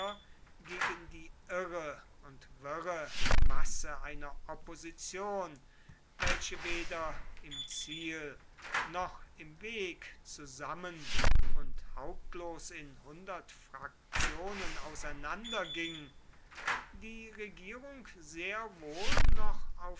gegen die irre und wirre masse einer opposition welche weder im ziel noch im weg zusammen und hauptlos in hundert fraktionen auseinanderging die regierung sehr wohl noch